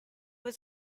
was